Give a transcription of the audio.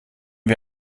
wir